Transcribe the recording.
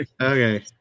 Okay